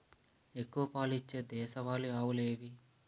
ఎక్కువ పాలు ఇచ్చే దేశవాళీ ఆవులు ఏవి?